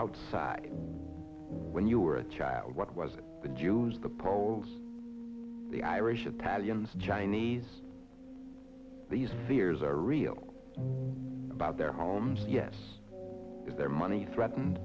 outside when you are what was the jews the poles the irish italians chinese these fears are real about their homes yes their money threatened